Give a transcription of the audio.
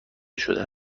شده